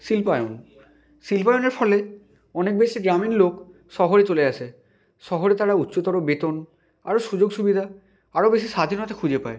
শিল্পায়ন শিল্পায়নের ফলে অনেক বেশি গ্রামীণ লোক শহরে চলে আসে শহরে তারা উচ্চতর বেতন আরো সুযোগ সুবিধা আরো বেশি স্বাধীনতা খুঁজে পায়